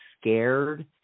scared